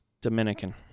Dominican